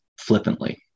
flippantly